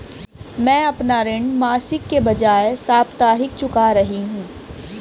मैं अपना ऋण मासिक के बजाय साप्ताहिक चुका रही हूँ